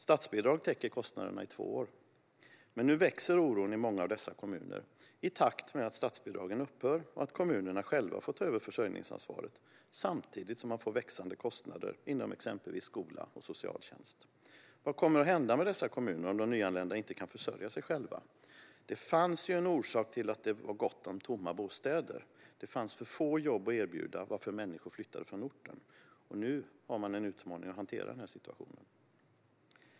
Statsbidrag täcker kostnaderna i två år. Men nu växer oron i många av dessa kommuner i takt med att statsbidragen upphör och att kommunerna själva får ta över försörjningsansvaret samtidigt som man får växande kostnader inom exempelvis skola och socialtjänst. Vad kommer att hända med dessa kommuner om de nyanlända inte kan försörja sig själva? Det fanns ju en orsak till att det var gott om tomma bostäder - det fanns för få jobb att erbjuda, varför människor flyttade från orten. Nu har man en utmaning att hantera den här situationen.